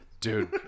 Dude